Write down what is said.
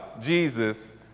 Jesus